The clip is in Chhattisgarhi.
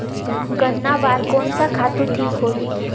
गन्ना बार कोन सा खातु ठीक होही?